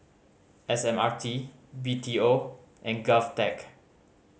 S M R T B T O and GovTech